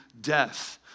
death